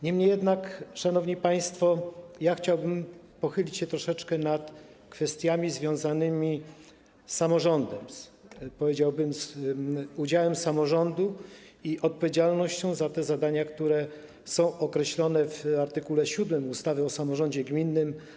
Niemniej jednak, szanowni państwo, chciałbym pochylić się troszeczkę nad kwestiami związanymi z samorządem, z udziałem samorządu i jego odpowiedzialnością za zadania, które są określone w art. 7 ustawy o samorządzie gminnym.